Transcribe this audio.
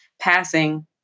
passing